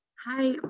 Hi